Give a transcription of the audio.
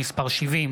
ניסים ואטורי,